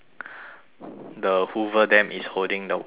the hoover dam is holding the water sh~